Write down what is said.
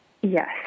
Yes